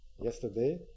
yesterday